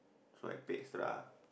so I paid extra